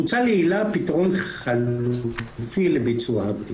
הוצע להילה פתרון חלופי לביצוע הבדיקה,